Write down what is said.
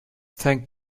thank